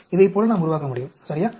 இதைப் போல நாம் உருவாக்க முடியும் சரியா